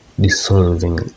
dissolving